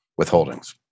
withholdings